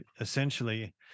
essentially